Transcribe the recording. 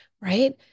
right